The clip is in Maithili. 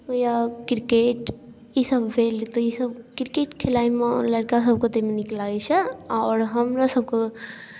या क्रिकेट ईसभ भेल तऽ ईसभ क्रिकेट खेलाइमे लड़कासभके ताहिमे नीक लागै छै आओर हमरासभके